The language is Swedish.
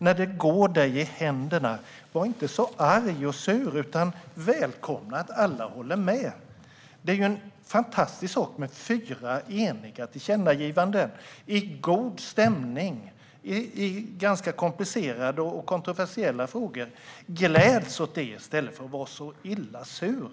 När det går dig i händerna, var inte så arg och sur utan välkomna att alla håller med! Det är en fantastisk sak med fyra eniga tillkännagivanden, i god stämning, i ganska komplicerade och kontroversiella frågor. Gläds åt det i stället för att vara så sur!